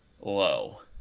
low